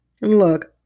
Look